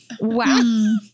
Wow